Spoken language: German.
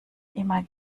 immer